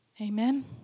Amen